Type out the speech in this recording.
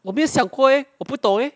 我别想亏我不懂 eh